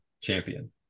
champion